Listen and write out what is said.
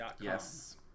Yes